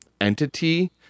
entity